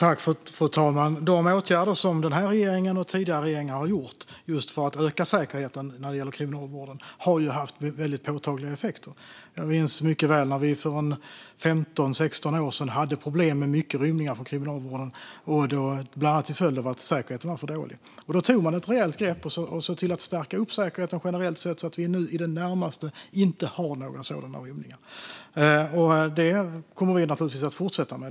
Fru talman! De åtgärder som den här regeringen och tidigare regeringen har vidtagit just för att öka säkerheten när det gäller kriminalvården har haft påtagliga effekter. Jag minns mycket väl när vi för 15-16 år sedan hade problem med många rymningar från kriminalvården, bland annat till följd av att säkerheten var för dålig. Då tog man ett rejält grepp och såg till att stärka upp säkerheten generellt sett så att vi nu i det närmaste inte har några sådana rymningar alls. Detta kommer vi naturligtvis att fortsätta med.